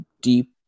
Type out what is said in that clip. deep